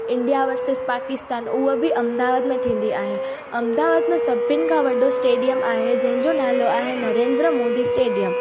India versus Pakistan उहो बि अहमदाबाद में थींदी आहे अहमदाबाद में सभिनि खां वॾो स्टेडियम आहे जंहिंजो नालो आहे नरेंद्र मोदी स्टेडियम